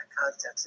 context